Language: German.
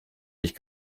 dich